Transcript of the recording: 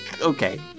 okay